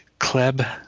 Kleb